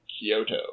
Kyoto